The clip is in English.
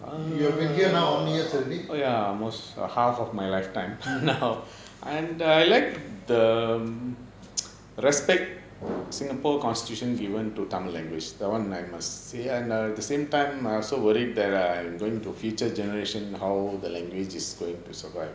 you have been here now how many years already